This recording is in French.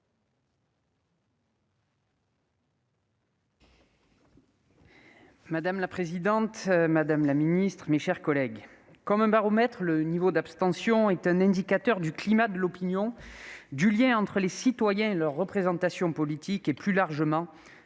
Madame la présidente, madame la secrétaire d'État, mes chers collègues, « comme un baromètre, le niveau d'abstention est un indicateur du climat de l'opinion, du lien entre les citoyens et leur représentation politique, et plus largement